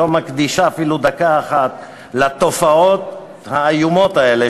שלא מקדישה אפילו דקה אחת לתופעות האיומות האלה,